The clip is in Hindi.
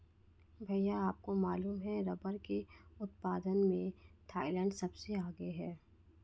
भैया आपको मालूम है रब्बर के उत्पादन में थाईलैंड सबसे आगे हैं